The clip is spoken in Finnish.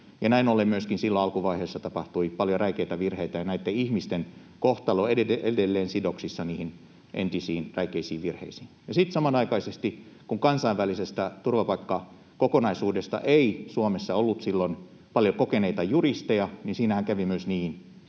näin ollen myöskin silloin alkuvaiheessa tapahtui paljon räikeitä virheitä, ja näitten ihmisten kohtalo on edelleen sidoksissa niihin entisiin räikeisiin virheisiin. Ja sitten samanaikaisesti kun kansainvälisestä turvapaikkakokonaisuudesta ei Suomessa ollut silloin paljon juristeilla kokemusta, niin siinähän kävi myös niin,